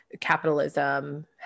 capitalism